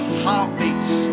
heartbeats